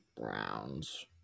Browns